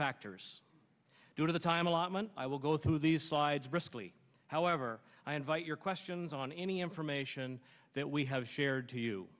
factors due to the time allotment i will go through these slides briskly however i invite your questions on any information that we have shared to you